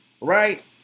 Right